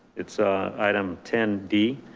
it's ah item ten d